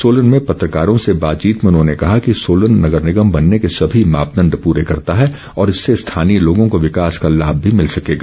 सोलन में पत्रकारों से बातचीत में उन्होंने कहा कि सोलन नगर निगम बनने के सभी मापदण्ड पूरे करता है और इससे स्थानीय लोगों को विकास का लाभ भी भिल सकेगा